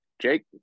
Jake